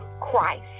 Christ